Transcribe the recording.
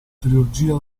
trilogia